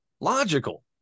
logical